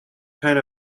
kind